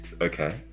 okay